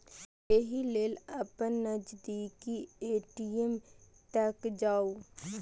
एहि लेल अपन नजदीकी ए.टी.एम तक जाउ